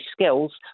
skills